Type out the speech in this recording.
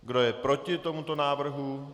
Kdo je proti tomuto návrhu?